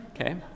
okay